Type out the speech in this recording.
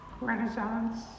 Renaissance